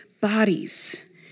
bodies